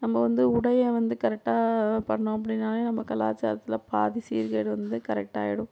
நம்ப வந்து உடைய வந்து கரெக்டாக பண்ணோம் அப்படின்னாலே நம்ப கலாச்சாரத்தில் பாதி சீர்கேடு வந்து கரெக்டாயி விடும்